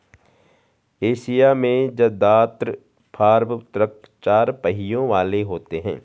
Asia में जदात्र farm truck चार पहियों वाले होते हैं